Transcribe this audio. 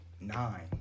nine